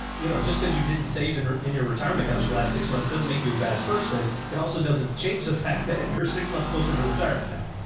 you know, just cause you didn't save in in your retirement accounts for last six months, doesn't make you a bad person. it also doesn't change the fact that you're six months closer to retirement now,